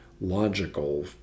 logical